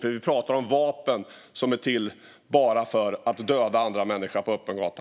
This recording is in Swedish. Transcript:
Vi pratar nämligen om vapen som bara är till för att döda andra människor på öppen gata.